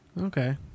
Okay